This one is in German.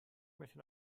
möchte